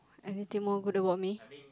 anything more good about me